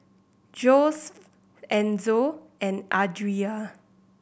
Joesph Enzo and Adria